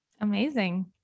Amazing